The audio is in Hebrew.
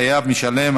חייב משלם),